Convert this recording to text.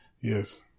Yes